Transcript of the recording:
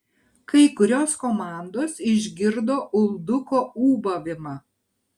kai kurios komandos išgirdo ulduko ūbavimą